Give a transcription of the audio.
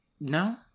No